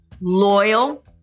loyal